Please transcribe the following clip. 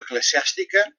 eclesiàstica